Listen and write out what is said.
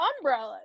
umbrellas